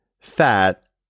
fat